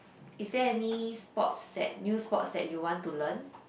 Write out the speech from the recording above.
is there any sports that new sports that you want to learn